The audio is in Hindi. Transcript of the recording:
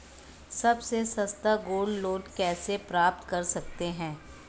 सबसे सस्ता गोल्ड लोंन कैसे प्राप्त कर सकते हैं?